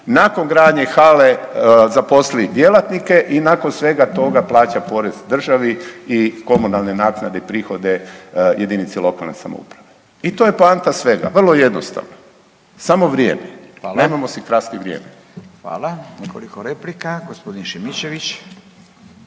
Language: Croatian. Nakon gradnje hale zaposlili djelatnike i nakon svega toga plaća porez državi i komunalne naknade i prihode jedinici lokalne samouprave. I to je poanta svega, vrlo jednostavno, samo vrijeme …/Upadica: Hvala./… nemojmo si krasti vrijeme.